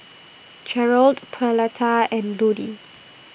Jerrold Pauletta and Ludie